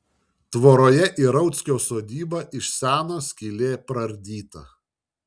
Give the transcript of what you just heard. tvoroje į rauckio sodybą iš seno skylė praardyta